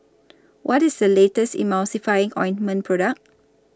What IS The latest Emulsying Ointment Product